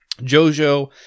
JoJo